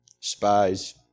spies